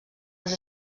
les